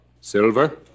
Silver